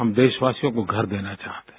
हम देशवासियों को घर देना चाहते हैं